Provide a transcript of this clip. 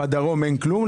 בדרום אין כלום?